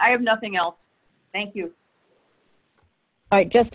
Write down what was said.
i have nothing else thank you just